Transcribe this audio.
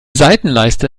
seitenleiste